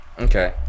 Okay